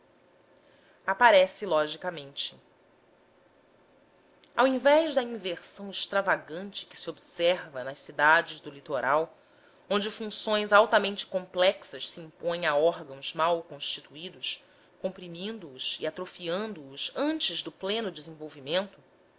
aparece logicamente ao invés da inversão extravagante que se observa nas cidades do litoral onde funções altamente complexas se impõem a órgãos mal constituídos comprimindo os e atrofiando os antes do pleno desenvolvimento